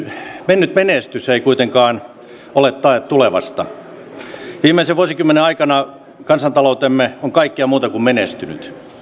mennyt menestys ei kuitenkaan ole tae tulevasta viimeisen vuosikymmenen aikana kansantaloutemme on kaikkea muuta kuin menestynyt